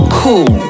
cool